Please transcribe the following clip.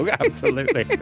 yeah absolutely.